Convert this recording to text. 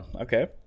Okay